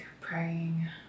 praying